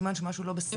סימן שמשהו לא בסדר.